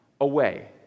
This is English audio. away